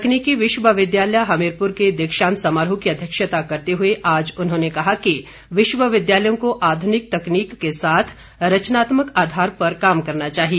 तकनीकी विश्वविद्यालय हमीरपुर के दीक्षांत समारोह की अध्यक्षता करते हुए आज उन्होंने कहा कि विश्वविद्यालयों को आधुनिक तकनीक के साथ रचनात्मक आधार पर काम करना चाहिए